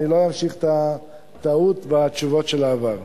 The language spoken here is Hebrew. אני לא אמשיך את הטעות בתשובות של העבר.